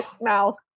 mouth